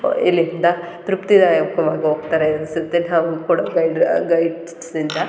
ಇಲ್ಲಿಂದ ತೃಪ್ತಿದಾಯಕವಾಗಿ ಹೋಗ್ತಾರೆ ಅನಿಸುತ್ತೆ ನಾವು ಕೂಡ ಗೈಡ್ ಗೈಡ್ಸಿಂದ